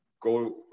go